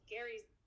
Gary's